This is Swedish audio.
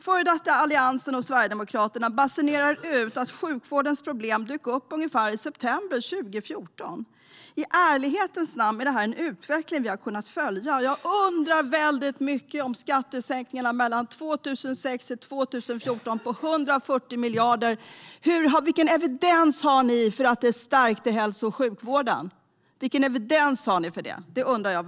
Före detta Alliansen och Sverigedemokraterna basunerar ut att sjukvårdens problem dök upp ungefär i september 2014. I ärlighetens namn är detta en utveckling som vi har kunnat se under en lång period. Jag undrar verkligen om skattesänkningarna på 140 miljarder under 2006-2014 stärkte hälso och sjukvården. Vilken evidens har ni för det? Det undrar jag.